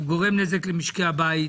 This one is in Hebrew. הוא גורם נזק למשקי הבית,